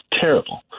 terrible